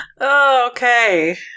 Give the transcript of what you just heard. Okay